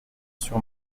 sur